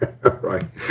right